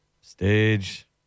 stage